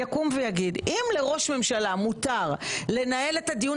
יקום ויגיד: אם לראש ממשלה מותר לנהל את הדיון